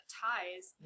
ties